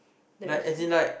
like as in like